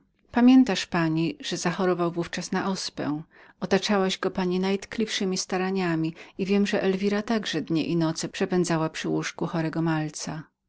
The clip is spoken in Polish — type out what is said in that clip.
pamiętasz pani że zachorował w ówczas na ospę otaczałaś go pani najtkliwszemi staraniami i wiem że elwira także dnie i noce przepędzała przy łóżku chorego malca